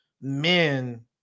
men